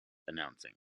announcing